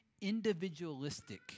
individualistic